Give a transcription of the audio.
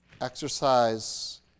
exercise